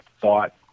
thought